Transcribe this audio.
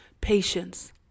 patience